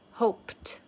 hoped